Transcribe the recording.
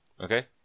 Okay